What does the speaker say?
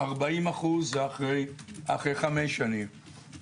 40% זה אחרי חמש שנים.